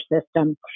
system